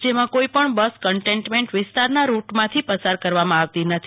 જેમાં કોઈ પણ બસ કન્ટેન્ટમેન્ટ વિસ્તારના રૂટમાંથી પસાર કરવામાં આવતી નથી